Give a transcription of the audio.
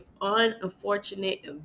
unfortunate